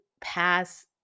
pass